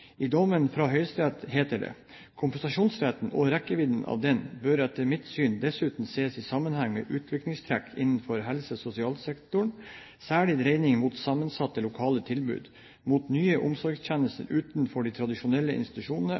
I dommen fra Høyesterett heter det: «Kompensasjonsretten – og rekkevidden av den – bør etter mitt syn dessuten sees i sammenheng med utviklingstrekk innenfor helse- og sosialsektoren, særlig dreiningen mot sammensatte lokale tilbud, mot nye omsorgstjenester utenfor de tradisjonelle institusjonene,